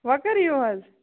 وۅنۍ کٔر یِیِو حظ